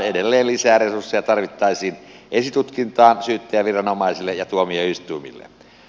edelleen lisää resursseja tarvittaisiin esitutkintaan syyttäjäviranomaisille ja tuomioistuimille